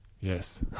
Yes